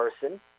person